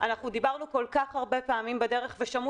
אנחנו דיברנו כל כך הרבה פעמים בדרך ושמעו